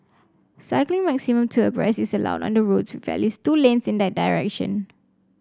cycling maximum two abreast is allowed on the roads with at least two lanes in that direction